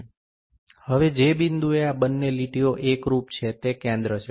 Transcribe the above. હવે જે બિંદુએ આ બંને લીટીઓ એકરૂપ છે તે કેન્દ્ર છે